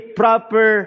proper